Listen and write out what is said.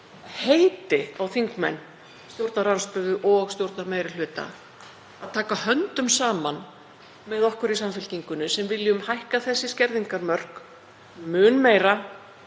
heiti á þingmenn stjórnarandstöðu og stjórnarmeirihluta að taka höndum saman með okkur í Samfylkingunni sem viljum hækka þessi skerðingarmörk mun meira